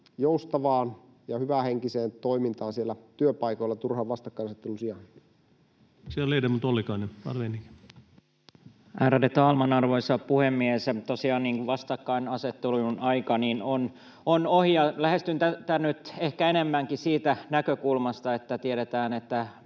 joustavaan ja hyvähenkiseen toimintaan siellä työpaikoilla turhan vastakkainasettelun sijaan. Kiitoksia. — Ledamot Ollikainen, var vänlig. Ärade talman, arvoisa puhemies! Tosiaan vastakkainasettelun aika on ohi, ja lähestyn tätä nyt ehkä enemmänkin siitä näkökulmasta, kun tiedetään, että